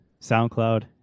soundcloud